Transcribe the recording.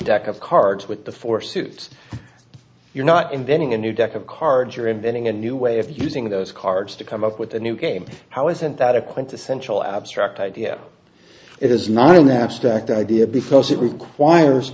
deck of cards with the four suits you're not inventing a new deck of cards you're inventing a new way of using those cards to come up with a new game how isn't that a quintessential abstract idea it is not an abstract idea because it requires